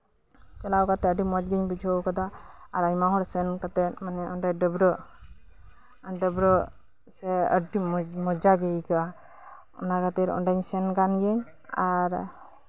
ᱪᱟᱞᱟᱣ ᱠᱟᱛᱮᱜ ᱟᱹᱰᱤ ᱢᱚᱸᱡ ᱜᱤᱧ ᱵᱩᱡᱷᱟᱹᱣ ᱠᱟᱫᱟ ᱟᱨ ᱟᱭᱢᱟ ᱦᱚᱲ ᱥᱮᱱ ᱠᱟᱛᱮᱜ ᱚᱱᱰᱮ ᱰᱟᱹᱵᱽᱨᱟᱹᱜ ᱥᱮ ᱟᱹᱰᱤ ᱢᱚᱸᱡᱟ ᱜᱮ ᱟᱹᱭᱠᱟᱹᱜᱼᱟ ᱚᱱᱟ ᱠᱷᱟᱹᱛᱤᱨ ᱚᱱᱰᱮᱧ ᱥᱮᱱ ᱠᱟᱱ ᱜᱮᱭᱟᱧ ᱟᱨ